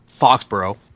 Foxborough